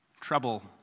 trouble